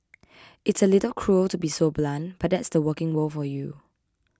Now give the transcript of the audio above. it's a little cruel to be so blunt but that's the working world for you